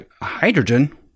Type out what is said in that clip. hydrogen